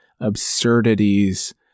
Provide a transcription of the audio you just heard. absurdities